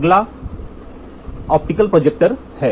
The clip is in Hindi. अगला ऑप्टिकल प्रोजेक्टर है